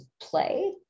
play